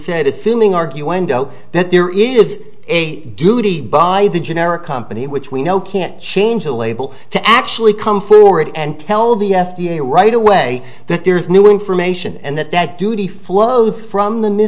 said assuming argue window that there is a duty by the generic company which we know can't change the label to actually come forward and tell the f d a right away that there's new information and that that duty flows from the